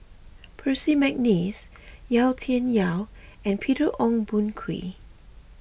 Percy McNeice Yau Tian Yau and Peter Ong Boon Kwee